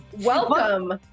welcome